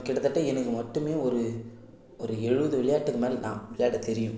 கிட்டத்தட்ட எனக்கு மட்டுமே ஒரு ஒரு எழுபது விளையாட்டுக்கு மேலே தான் விளையாட தெரியும்